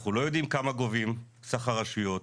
אנחנו לא יודעים כמה גובים סך הרשויות,